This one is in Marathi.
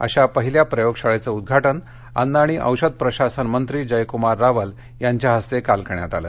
अशा पहिल्या प्रयोगशाळेचं उद्घाटन अन्न आणि औषध प्रशासनमंत्री जयक्रमार रावल यांच्या हस्ते काल करण्यात आले